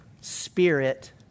spirit